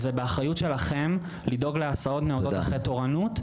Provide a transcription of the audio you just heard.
דורש מאיתנו באמת לעשות צעדים מאוד משמעותיים.